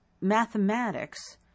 mathematics